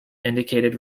indicated